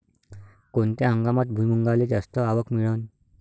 कोनत्या हंगामात भुईमुंगाले जास्त आवक मिळन?